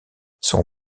son